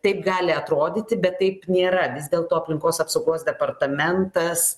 taip gali atrodyti bet taip nėra vis dėlto aplinkos apsaugos departamentas